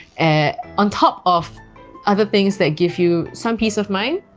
and on top of other things that give you some peace of mind